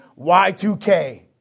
Y2K